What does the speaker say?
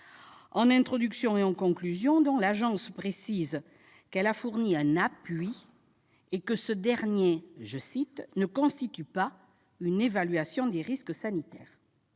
En introduction et en conclusion, l'Agence précise qu'elle a fourni un « appui » et que ce dernier « ne constitue pas une évaluation des risques sanitaires ».